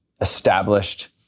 established